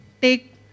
take